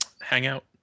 Hangout